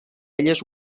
elles